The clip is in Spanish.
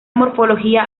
morfología